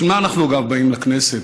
בשביל מה אנחנו באים לכנסת?